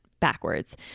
backwards